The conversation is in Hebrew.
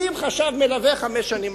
עם חשב מלווה בחמש השנים האחרונות.